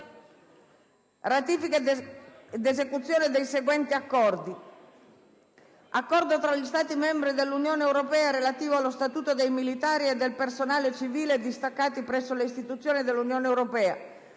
Ratifica ed esecuzione dei seguenti Accordi: a) Accordo tra gli Stati membri dell'Unione europea relativo allo statuto dei militari e del personale civile distaccati presso le Istituzioni dell'Unione europea,